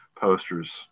posters